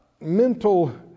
mental